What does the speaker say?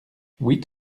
huit